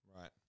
right